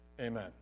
Amen